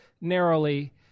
narrowly